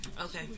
Okay